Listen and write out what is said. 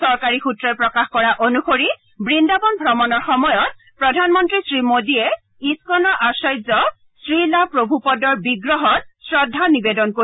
চৰকাৰী সূত্ৰই প্ৰকাশ কৰা অনুসৰি বন্দাবন ভ্ৰমণৰ সময়ত প্ৰধানমন্নী শ্ৰী মোডীয়ে ইছকনৰ আচাৰ্য শ্ৰীলা প্ৰভুপদৰ বিগ্ৰহত শ্ৰদ্ধা নিবেদন কৰিব